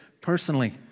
personally